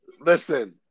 Listen